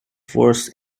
forth